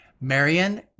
Marion